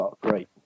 great